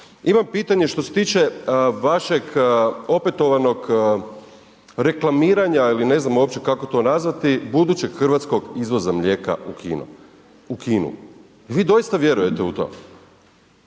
Imam pitanje što se tiče vašeg opetovanog reklamiranja ili ne znam uopće kako to nazvati budućeg hrvatskog izvoza mlijeka u Kinu. I vi doista vjerujete u to?